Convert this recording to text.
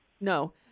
no